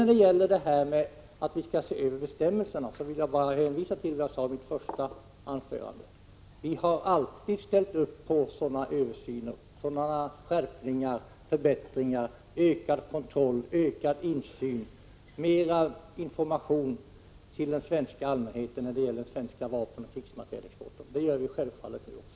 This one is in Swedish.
När det gäller frågan om att se över bestämmelserna vill jag bara hänvisa till vad jag sade i mitt första anförande: Vi har alltid ställt upp på sådana översyner, skärpningar och förbättringar som ökad kontroll, ökad insyn och mer information till den svenska allmänheten när det gäller den svenska vapenoch krigsmaterielexporten. Det gör vi självfallet nu också.